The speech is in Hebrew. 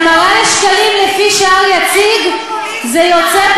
בהמרה לשקלים לפי שער יציג זה יוצא,